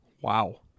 wow